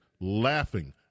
laughing